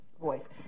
voice